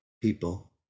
people